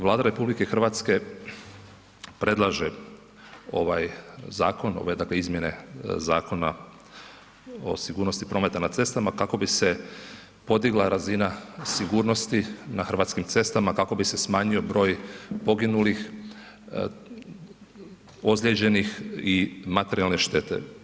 Vlada RH predlaže ovaj zakon ove dakle izmjene Zakona o sigurnosti prometa na cestama kako bi se podigla razina sigurnosti na hrvatskim cestama, kako bi se smanjio broj poginulih, ozlijeđenih i materijalne štete.